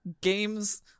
games